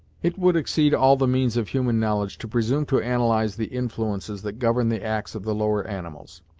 it would exceed all the means of human knowledge to presume to analyze the influences that govern the acts of the lower animals.